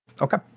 okay